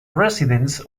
residents